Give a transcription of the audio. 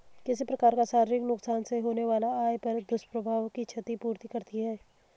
किसी प्रकार का शारीरिक नुकसान से होने वाला आय पर दुष्प्रभाव की क्षति पूर्ति करती है